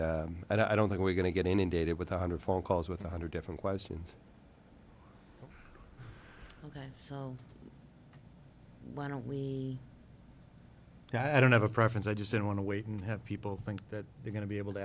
i don't think we're going to get inundated with a hundred phone calls with a hundred different questions so why don't we i don't have a preference i just don't want to wait and have people think that they're going to be able to